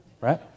Right